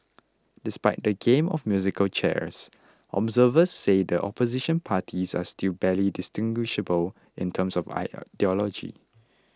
despite the game of musical chairs observers say the Opposition parties are still barely distinguishable in terms of ideology